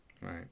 Right